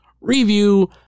review